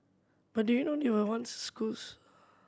but do you know they were once schools